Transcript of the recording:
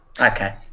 Okay